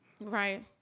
Right